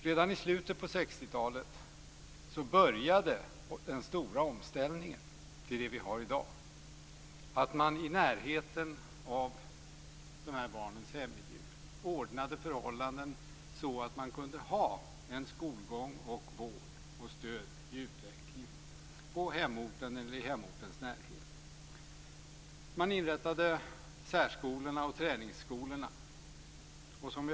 Redan i slutet av 60-talet började den stora omställningen till det vi har i dag, dvs. att i närheten av barnens hemmiljö ordna förhållanden så att man kunde ha skolgång, vård och stöd i utvecklingen. Särskolorna och träningsskolorna inrättades.